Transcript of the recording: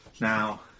Now